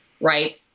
right